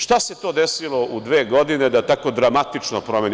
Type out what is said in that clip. Šta se to desilo u dve godine da tako dramatično promeni?